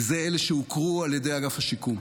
וזה אלה שהוכרו על ידי אגף השיקום: